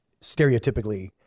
stereotypically